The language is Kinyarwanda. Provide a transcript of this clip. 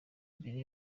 mbere